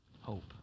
hope